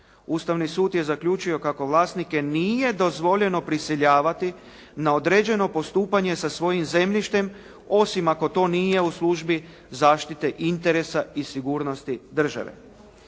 ustavni sud je zaključio kako vlasnike nije dozvoljeno prisiljavati na određeno postupanje sa svojim zemljištem, osim ako to nije u službi zaštite interesa i sigurnosti države.